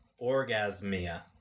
Orgasmia